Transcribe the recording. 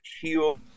heal